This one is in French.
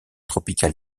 tropical